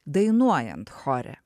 dainuojant chore